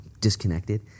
disconnected